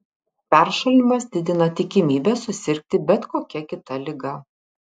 peršalimas didina tikimybę susirgti bet kokia kita liga